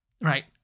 Right